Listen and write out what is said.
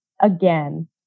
Again